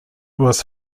was